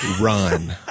run